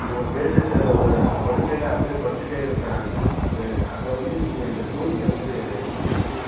ஒரு பேஷண்ட்டு ஒரு படுக்கையில் அப்படியே படுத்துட்டே இருக்கிறாங்க அதை அதை வந்து நீங்கள் இந்த கோரிக்கை வந்து என்னனு சொன்னால்